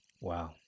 Wow